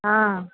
हँ